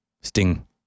Sting